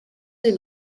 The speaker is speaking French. les